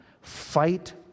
fight